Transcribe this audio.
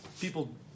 people